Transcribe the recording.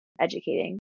educating